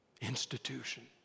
Institution